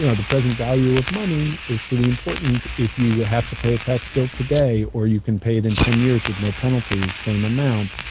you know the present value of money is pretty important. if you have to pay a tax bill today or you can pay it in ten years with no penalties, same amount,